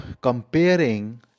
comparing